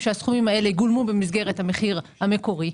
שהסכומים האלה יגולמו במסגרת המחיר המקורי.